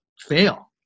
fail